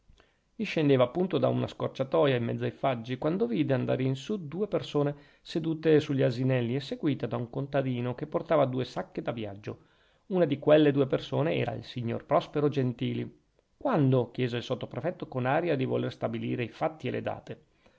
bruno discendeva appunto da una scorciatoia in mezzo ai faggi quando vide andare in su due persone sedute sugli asinelli e seguite da un contadino che portava due sacche da viaggio una di quelle due persone era il signor prospero gentili quando chiese il sottoprefetto con aria di voler stabilire i fatti e le date